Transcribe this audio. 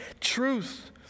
truth